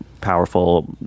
powerful